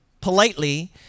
politely